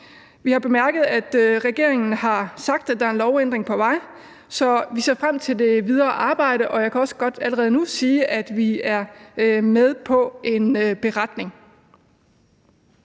Vi har bemærket, at regeringen har sagt, at der er en lovændring på vej. Så vi ser frem til det videre arbejde. Og jeg kan også godt allerede nu sige, at vi er med på at skrive